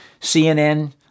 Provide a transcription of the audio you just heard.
CNN